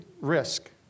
risk